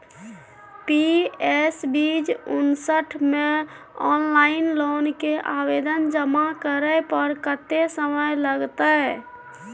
PS बीच उनसठ म ऑनलाइन लोन के आवेदन जमा करै पर कत्ते समय लगतै?